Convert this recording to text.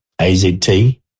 AZT